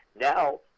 now